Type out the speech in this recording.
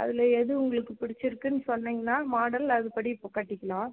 அதில் எது உங்களுக்கு பிடிச்சிருக்குனு சொன்னீங்கனால் மாடல் அதுபடி கட்டிக்கலாம்